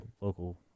local